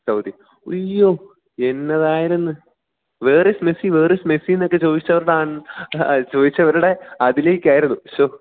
Saudi ഉയ്യോ എന്തായിരുന്നു where is Messi where is മെസ്സിയെന്നൊക്കെ ചോദിച്ചവരുടെ ചോദിച്ചവരുടെ അതിലേക്കായിരുന്നു ശോ